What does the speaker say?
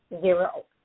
Zero